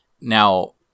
Now